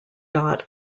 dot